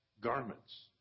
garments